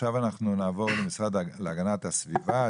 עכשיו אנחנו נעבור למשרד להגנת הסביבה,